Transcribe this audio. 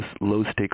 low-stakes